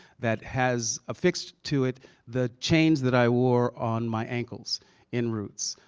that has affixed to it the chains that i wore on my ankles in roots.